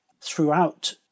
throughout